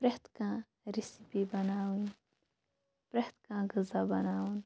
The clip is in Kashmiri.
پرٛٮ۪تھ کانٛہہ رِسِپی بَناوٕنۍ پرٛٮ۪تھ کانٛہہ غذا بَناوُن